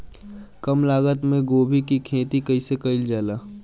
कम लागत मे गोभी की खेती कइसे कइल जाला?